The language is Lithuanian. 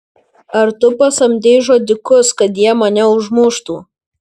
ar tu pasamdei žudikus kad jie mane užmuštų